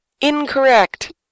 Incorrect